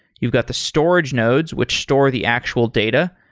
you've got the storage nodes, which store the actual data.